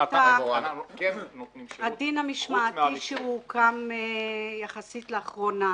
הדין המשמעתי שהוקם יחסית לאחרונה.